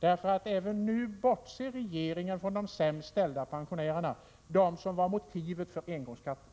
för även nu bortser regeringen från de sämst ställda pensionärerna, de som var motivet för engångsskatten.